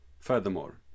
Furthermore